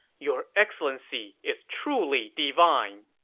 your excellency is truly divine!